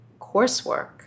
coursework